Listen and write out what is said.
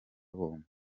bombi